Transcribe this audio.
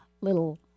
little